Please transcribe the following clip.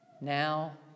now